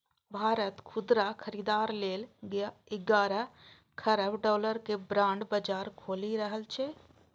भारत खुदरा खरीदार लेल ग्यारह खरब डॉलर के बांड बाजार खोलि रहल छै